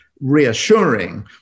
reassuring